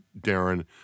Darren